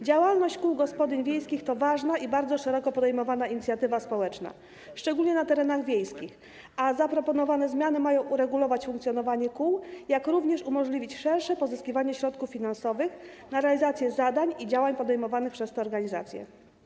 Działalność kół gospodyń wiejskich to ważna i bardzo szeroko podejmowana inicjatywa społeczna, szczególnie na terenach wiejskich, a zaproponowane zmiany mają uregulować funkcjonowanie kół, jak również umożliwić szersze pozyskiwanie środków finansowych na realizacje zadań i działań podejmowanych przez te organizacje.